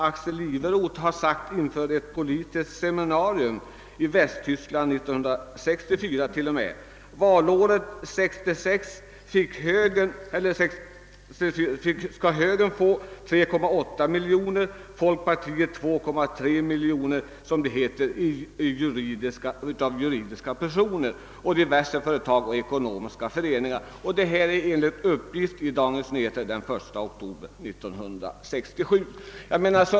Axel Iveroth sade inför ett politiskt seminarium i Västtyskland år 1964, att högern valåret 1966 skulle få 3,8 miljoner och folkpartiet 2,3 miljoner av, som det heter, juridiska personer, d.v.s. diverse företag och ekonomiska föreningar. Dessa uppgifter har jag hämtat från Dagens Nyheter den 1 oktober 1967.